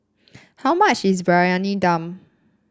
how much is Briyani Dum